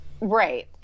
right